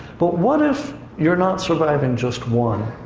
but what if you're not surviving just one,